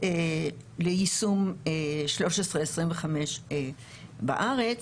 ליישום 1325 בארץ.